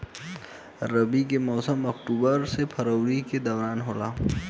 रबी के मौसम अक्टूबर से फरवरी के दौरान होला